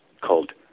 called